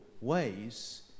ways